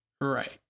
right